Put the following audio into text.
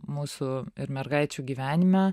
mūsų ir mergaičių gyvenime